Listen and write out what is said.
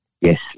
Yes